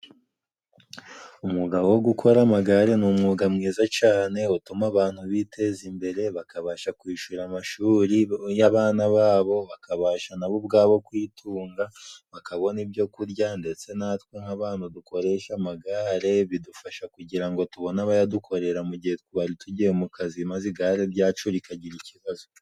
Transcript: Umwuga wo gukora amagare ni umwuga mwiza cane utuma abantu biteza imbere , bakabasha kwishura amashuri y'abana babo , bakabasha nabo ubwabo kwitunga bakabona ibyo kurya, ndetse natwe nk'abantu dukoresha amagare bidufasha kugira ngo tubone abayadukorera mu gihe twari tugiye mu kazi maze igare ryacu rikagira ikibazo.